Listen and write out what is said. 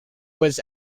was